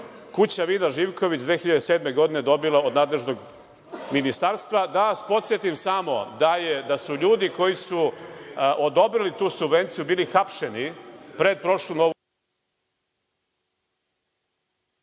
Kuća vina Živković 2007. godine dobila od nadležnog ministarstva. Da vas podsetim samo da su ljudi koji su odobrili tu subvenciju bili hapšeni pred prošlu Novu